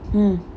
mm